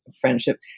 friendship